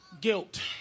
guilt